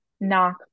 knock